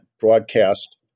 broadcast